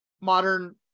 modern